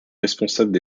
responsables